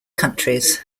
countries